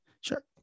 Sure